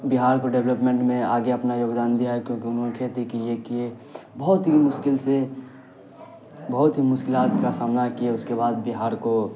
بہار کو ڈیولپمنٹ میں آگے اپنا یوگدان دیا ہے کیوں کہ انہوں نے کھیتی کی ہے کی ہے بہت ہی مشکل سے بہت ہی مشکلات کا سامنا کیے اس کے بعد بہار کو